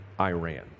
Iran